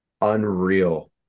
unreal